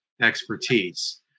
expertise